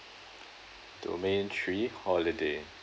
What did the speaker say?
domain three holiday